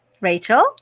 Rachel